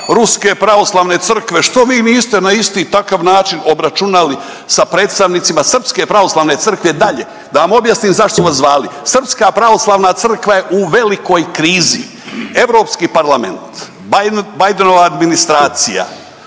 Ruske pravoslavne crkve. Što vi niste na isti takav način obračunali sa predstavnicima Srpske pravoslavne crkve. Dalje, da vas objasnim zašto su vas zvali. Srpska pravoslavna crkva je u velikoj krizi. Europski parlament, Bidenova administracija